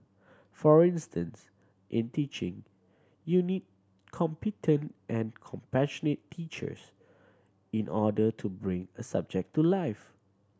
for instance in teaching you need competent and compassionate teachers in order to bring a subject to life